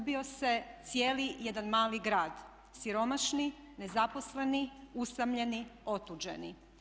Ubio se cijeli jedan mali grad, siromašni, nezaposleni, usamljeni, otuđeni.